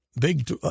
Big